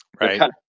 Right